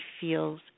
feels